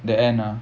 the end ah